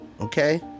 Okay